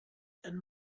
and